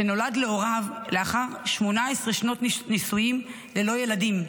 שנולד להוריו לאחר 18 שנות נישואים ללא ילדים.